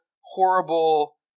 horrible